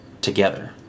together